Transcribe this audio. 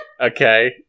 Okay